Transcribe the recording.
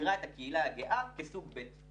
מכירה בקהילה הגאה כסוג ב'.